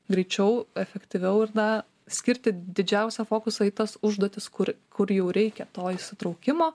greičiau efektyviau ir na skirti didžiausią fokusą į tas užduotis kur kur jau reikia to įsitraukimo